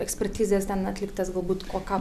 ekspertizes ten atliktas galbūt ko ką